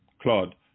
Claude